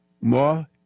More